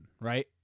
right